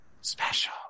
Special